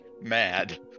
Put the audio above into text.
mad